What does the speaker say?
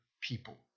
people